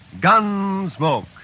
Gunsmoke